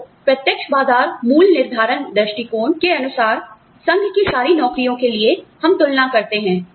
तो प्रत्यक्ष बाजार मूल्य निर्धारण दृष्टिकोण के अनुसार संघ की सारी नौकरियों के लिए हम तुलना करते हैं